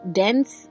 dense